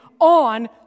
on